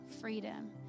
Freedom